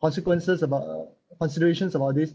consequences about considerations about this